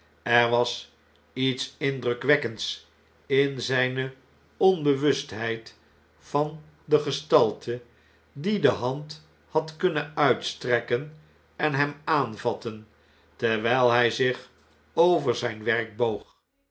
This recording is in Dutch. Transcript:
er was iets indrukwekkends in zpe onbewustheid van de gestalte die de hand had kunnen uitstrekken en hem aanvatten terwijl hjj zich over zyn werk boog